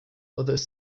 although